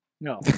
No